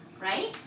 right